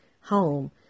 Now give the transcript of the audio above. home